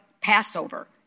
passover